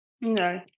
No